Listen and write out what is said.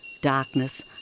darkness